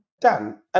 Dan